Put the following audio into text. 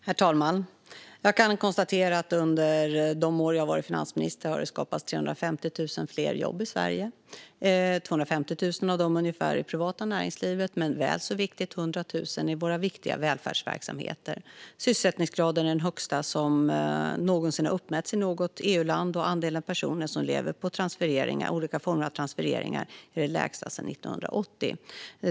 Herr talman! Jag kan konstatera att under de år som jag har varit finansminister har det skapats 350 000 fler jobb i Sverige. Ungefär 250 000 av dem är i det privata näringslivet, men väl så viktigt är att 100 000 är i våra viktiga välfärdsverksamheter. Sysselsättningsgraden är den högsta som någonsin har uppmätts i något EU-land, och andelen personer som lever på olika former av transfereringar är den lägsta sedan 1980.